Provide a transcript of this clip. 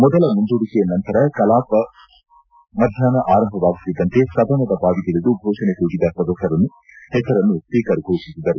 ಮೊದಲ ಮುಂದೂಡಿಕೆ ನಂತರ ಮಧ್ಯಾಷ್ನ ಕಲಾಪ ಆರಂಭವಾಗುತ್ತಿದ್ದಂತೆ ಸದನದ ಬಾವಿಗಿಳಿದು ಘೋಷಣೆ ಕೂಗಿದ ಸದಸ್ಕರ ಪೆಸರನ್ನು ಸ್ವೀಕರ್ ಫೋಷಿಸಿದರು